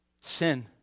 sin